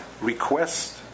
request